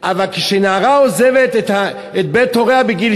אבל כשנערה עוזבת את בית הוריה בגיל